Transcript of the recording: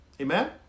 Amen